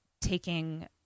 taking